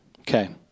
Okay